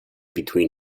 between